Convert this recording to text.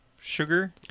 sugar